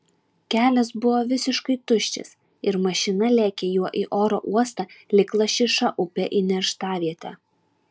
kelias buvo visiškai tuščias ir mašina lėkė juo į oro uostą lyg lašiša upe į nerštavietę